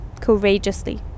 courageously